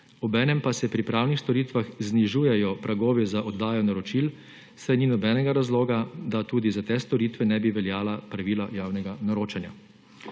obenem pa se pri pravnih storitvah znižujejo pragovi za oddajo naročil, saj ni nobenega razloga, da tudi za te storitve ne bi veljala pravila javnega naročanja. Na